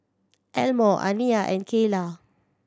Elmore Aniya and Keyla